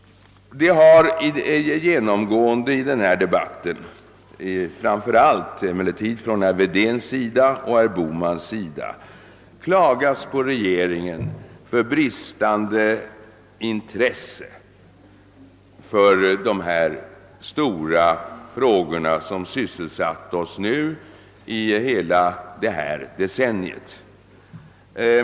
Man har genomgående i denna debatt — framför allt gäller detta herr Wedén och herr Bohman — klagat på regeringen och beskyllt den för bristande intresse för dessa stora frågor som sysselsatt oss under hela detta decennium.